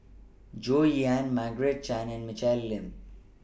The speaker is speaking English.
Goh Yihan Margaret Chan and Michelle Lim